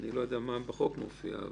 אני לא יודע מה מופיע בחוק.